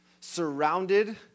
surrounded